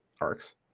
Arcs